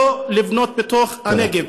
לא לבנות בנגב.